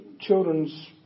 children's